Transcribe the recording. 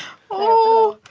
oh,